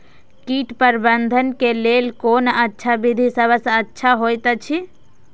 कीट प्रबंधन के लेल कोन अच्छा विधि सबसँ अच्छा होयत अछि?